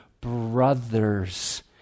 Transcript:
brothers